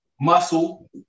muscle